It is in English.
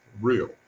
real